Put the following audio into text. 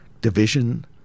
Division